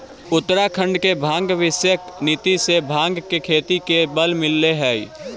उत्तराखण्ड के भाँग विषयक नीति से भाँग के खेती के बल मिलले हइ